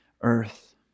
earth